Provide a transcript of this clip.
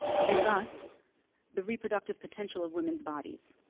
and thus the reproductive potential of women's bodies.